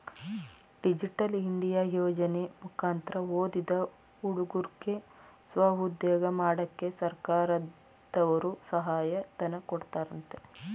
digital India ಯೋಜನೆ ಮುಕಂತ್ರ ಓದಿದ ಹುಡುಗುರ್ಗೆ ಸ್ವಉದ್ಯೋಗ ಮಾಡಕ್ಕೆ ಸರ್ಕಾರದರ್ರು ಸಹಾಯ ಧನ ಕೊಡ್ತಾರಂತೆ